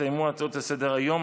הסתיימו ההצעות לסדר-היום.